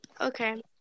Okay